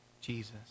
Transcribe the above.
jesus